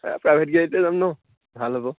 এ private গাড়ীতে যাম নহ্ ভাল হ'ব